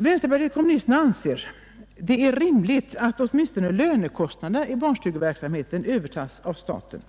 Vänsterpartiet kommunisterna anser att det vore rimligt att åtminstone lönekostnaderna inom barnstugeverksamheten skulle övertas av staten.